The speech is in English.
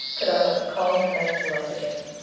could i but call him back to life again.